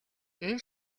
энэ